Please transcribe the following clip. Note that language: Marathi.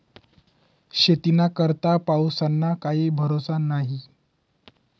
शेतीना करता पाऊसना काई भरोसा न्हई